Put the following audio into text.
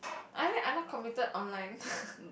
I mean I'm not committed online